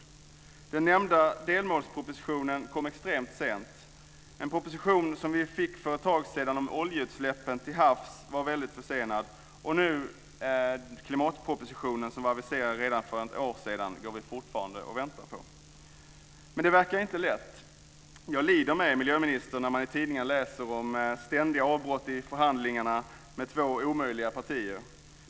Den nämnda delmålspropositionen kom extremt sent. En proposition som vi fick för ett tag sedan om oljeutsläppen till havs var mycket försenad. Klimatpropositionen, som var aviserad redan för ett år sedan, går vi fortfarande och väntar på. Det verkar inte lätt. Jag lider med miljöministern när man i tidningarna läser om ständiga avbrott i förhandlingarna med två omöjliga partier.